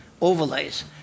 overlays